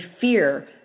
fear